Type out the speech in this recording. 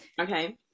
okay